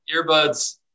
Earbuds